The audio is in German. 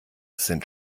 sind